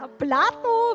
plato